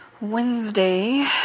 Wednesday